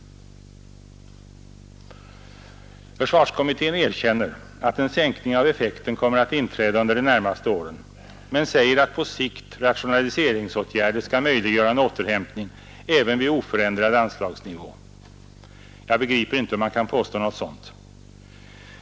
Försvarsutredningen erkänner att en sänkning av effekten kommer att inträda under de närmaste åren men säger att rationaliseringsåtgärder på sikt skall möjliggöra en återhämtning även vid oförändrad anslagsnivå. Jag begriper inte hur man kan påstå någonting sådant.